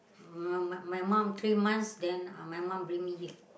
uh my my my mum three months then uh my mum bring me here